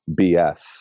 BS